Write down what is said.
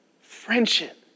Friendship